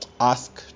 ask